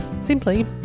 simply